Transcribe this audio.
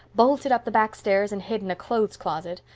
bolted up the back stairs, and hid in a clothes closet,